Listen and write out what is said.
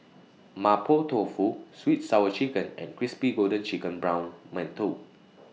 Mapo Tofu Sweet Sour Chicken and Crispy Golden Chicken Brown mantou